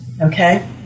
okay